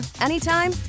anytime